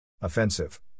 Offensive